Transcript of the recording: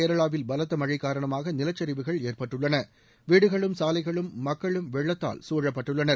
கேரளாவில் பலத்த மழை காரணமாக நிலச்சரிவுகள் ஏற்பட்டுள்ளன வீடுகளும் சாலைகளும் மக்களும் வெள்ளத்தால் சூழப்பட்டுள்ளனர்